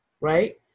Right